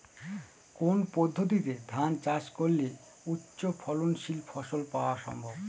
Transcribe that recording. কোন পদ্ধতিতে ধান চাষ করলে উচ্চফলনশীল ফসল পাওয়া সম্ভব?